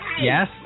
Yes